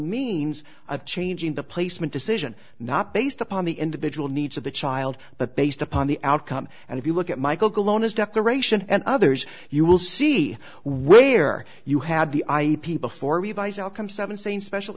means of changing the play decision not based upon the individual needs of the child but based upon the outcome and if you look at michael colonus declaration and others you will see where you had the i e before revised outcome seven same special